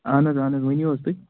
اَہَن حظ اہَن حظ ؤنِو حظ تُہۍ